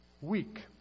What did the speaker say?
Weak